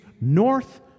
north